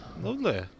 Lovely